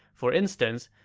for instance,